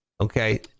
Okay